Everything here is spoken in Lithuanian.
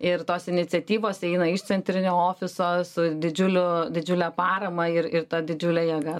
ir tos iniciatyvos eina iš centrinio ofiso su didžiuliu didžiule parama ir ir ta didžiule jėga